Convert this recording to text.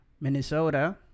Minnesota